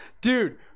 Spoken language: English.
Dude